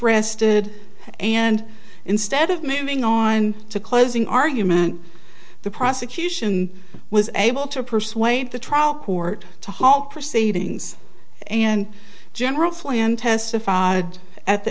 rested and instead of moving on to closing argument the prosecution was able to persuade the trial court to halt proceedings and general flynn testified at the